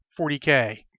40k